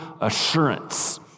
assurance